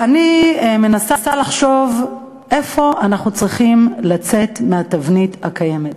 אני מנסה לחשוב איפה אנחנו צריכים לצאת מהתבנית הקיימת,